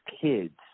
kids